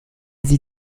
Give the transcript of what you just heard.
sie